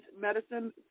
medicine